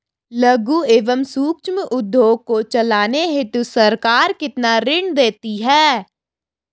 लघु एवं सूक्ष्म उद्योग को चलाने हेतु सरकार कितना ऋण देती है?